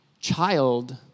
child